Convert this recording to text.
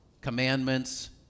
commandments